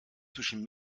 zwischen